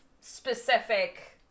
specific